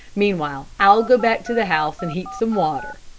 meanwhile i'll go back to the house and heat some water.